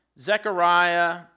Zechariah